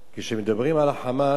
כשמדברים על החמס,